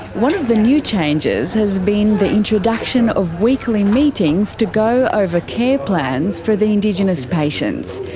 one of the new changes has been the introduction of weekly meetings to go over care plans for the indigenous patients.